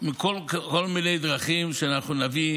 בכל מיני דרכים נביא